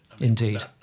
Indeed